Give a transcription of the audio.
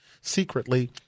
secretly